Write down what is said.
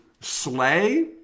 slay